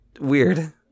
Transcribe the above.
weird